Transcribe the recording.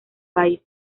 país